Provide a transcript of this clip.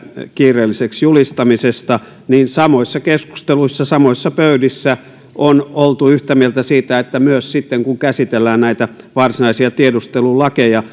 kiireelliseksi julistamisesta niin samoissa keskusteluissa samoissa pöydissä on oltu yhtä mieltä siitä että myös sitten kun käsitellään näitä varsinaisia tiedustelulakeja